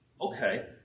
Okay